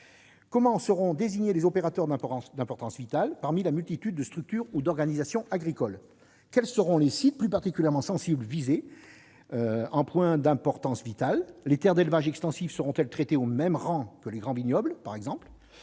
Comment seront désignés les opérateurs d'importance vitale parmi la multitude de structures ou d'organisations agricoles ? Quels seront les sites plus particulièrement sensibles désignés points d'importance vitale : les terres d'élevage extensif seront-elles traitées sur le même pied que les grands vignobles, par exemple ?